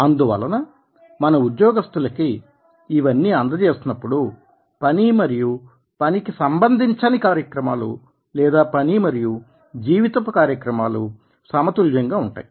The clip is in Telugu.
అందువలన మన ఉద్యోగస్తులకి ఇవన్నీ అంద చేసినప్పుడు పని మరియు పనికి సంబంధించని కార్యక్రమాలు లేదా పని మరియు జీవితపు కార్యక్రమాలు సమతుల్యంగా ఉంటాయి